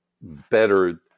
better